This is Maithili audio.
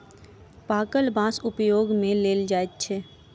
पाकल बाँस उपयोग मे लेल जाइत अछि